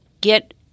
get